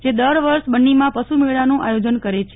જે દર વર્ષ બન્નીમાં પશુમેળાનું આયોજન કરે છે